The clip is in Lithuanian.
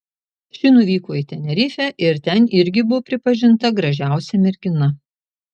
ši nuvyko į tenerifę ir ten irgi buvo pripažinta gražiausia mergina